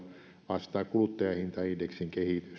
vastaa kuluttajahintaindeksin kehitystä ennusteen